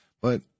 But-